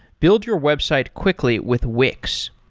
build your website quickly with wix.